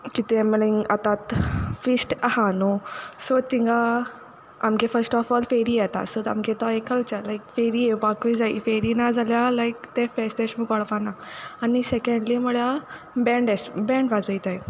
कितें मिनींग आत आतां फिस्ट आहा न्हू सो तिंगा आमगे फर्स्ट ऑफ ओल फेरी येता सो आमगे तो एक कल्चर फेरी येवपाकूय जायी फेरी ना जाल्यार लायक तें फेस्त अशें म्हूण कोळपाना आनी सेकेंडली म्हूळ्यार बॅंड अेस बॅंड वाजोयताय